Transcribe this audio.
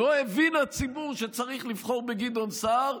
לא הבין הציבור שצריך לבחור בגדעון סער,